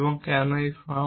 এবং কেন এটি একটি ফর্ম